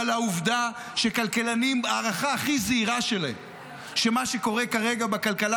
ועל העובדה שההערכה הכי זעירה של הכלכלנים על מה שקורה כרגע בכלכלה